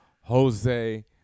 Jose